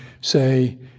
say